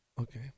Okay